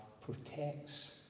protects